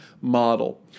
model